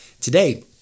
Today